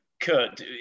Kurt